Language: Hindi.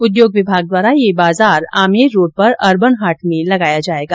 उद्योग विभाग द्वारा ये बाजार आमेर रोड़ पर अरबन हाट में लगाया जायेगा